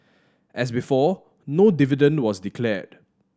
as before no dividend was declared